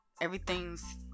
everything's